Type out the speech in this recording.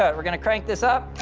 ah we're going to crank this up.